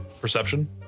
perception